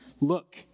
look